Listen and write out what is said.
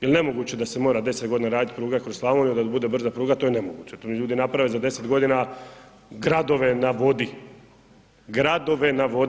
Jer nemoguće da se mora 10 godina raditi pruga kroz Slavoniju da bude brza pruga, to je nemoguće, to ljudi naprave za 10 godina gradove na vodi, gradove na vodi.